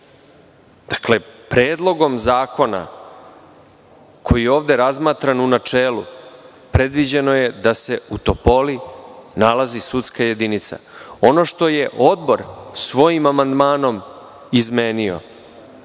Predlogom zakona koji je ovde razmatran u načelu predviđeno je da se u Topoli nalazi sudska jedinica. Ono što je odbor svojim amandmanom izmenio